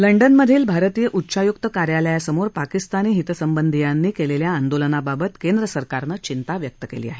लंडनमधील भारतीय उच्चायुक्त कार्यालयासमोर पाकिस्तानी हितसंबधियांनी केलेल्या आंदोलनाबाबत केंद्र सरकारनं चिंता व्यक्त केली आहे